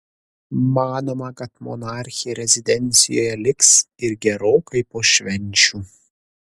manoma kad monarchė rezidencijoje liks ir gerokai po švenčių